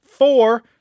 Four